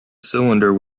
cylinder